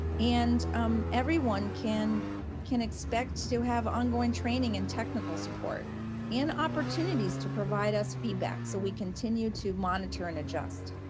and um everyone can can expect to have ongoing training and technical support and opportunities to provide us feedback so we continue to monitor and adjust.